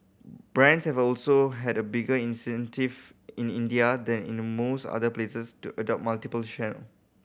brands have also had a bigger incentive in India than in the most other places to adopt multiple channel